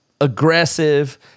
aggressive